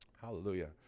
Hallelujah